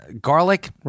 garlic